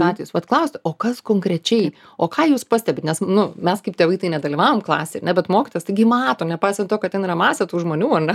atvejais vat klausti o kas konkrečiai o ką jūs pastebit nes nu mes kaip tėvai tai nedalyvaujam klasėj ar ne bet mokytojas taigi mato nepaisant to kad ten yra masė tų žmonių ar ne